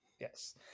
Yes